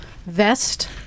vest